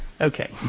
Okay